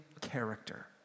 character